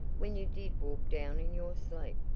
when you did walk down in your sleep.